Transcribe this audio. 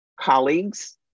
colleagues